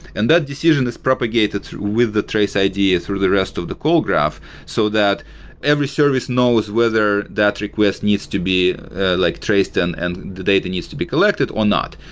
and that decision is propagated with a trace id through the rest of the call graph so that every service knows whether that request needs to be like traced and and the data needs to be collected or not.